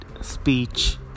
speech